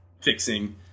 fixing